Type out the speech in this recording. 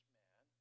man